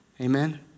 Amen